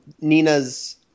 Nina's